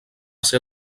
ser